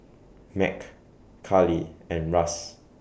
Mack Karli and Russ